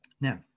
Now